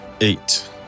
Eight